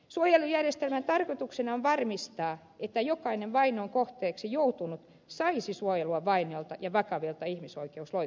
suojelujärjestelmän tarkoituksena on varmistaa että jokainen vainon kohteeksi joutunut saisi suojelua vainolta ja vakavilta ihmisoikeusloukkauksilta